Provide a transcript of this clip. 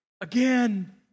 again